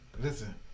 listen